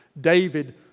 David